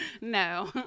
No